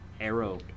Arrow